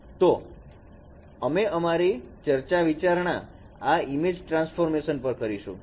તો અમે અમારી ચર્ચા વિચારણા આ ઈમેજ ટ્રાન્સફોર્મર પર કરીશું